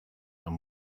and